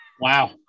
wow